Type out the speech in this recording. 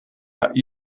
that